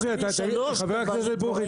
חבר הכנסת ברוכי,